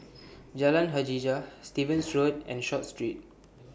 Jalan Hajijah Stevens Road and Short Street